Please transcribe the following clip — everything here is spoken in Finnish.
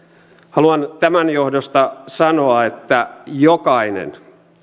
haluan tämän johdosta sanoa että jokainen